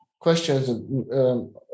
questions